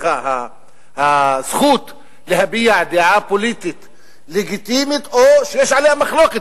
בין הזכות להביע דעה פוליטית לגיטימית שיש עליה מחלוקת,